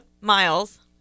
miles